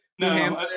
No